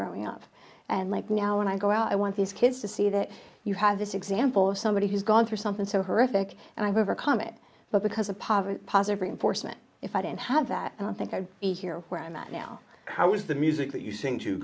growing up and like now when i go out i want these kids to see that you have this example of somebody who's gone through something so horrific and i've overcome it but because of poverty positive reinforcement if i didn't have that i don't think i would be here where i'm at now how was the music that